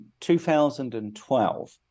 2012